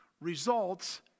results